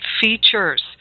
Features